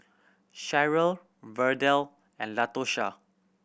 Cheryl Verdell and Latosha